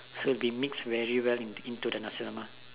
so it will mix valuable into the nasi lemak